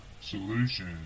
solution